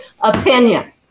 opinion